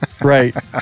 right